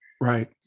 Right